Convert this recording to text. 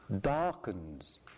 darkens